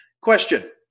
Question